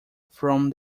from